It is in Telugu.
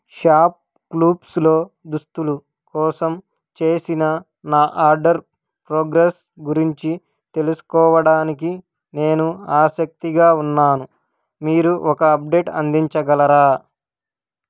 షాప్ క్లూస్లో దుస్తులు కోసం చేసిన నా ఆర్డర్ ప్రోగ్రెస్ గురించి తెలుసుకోవడానికి నేను ఆసక్తిగా ఉన్నాను మీరు ఒక అప్డేట్ అందించగలరా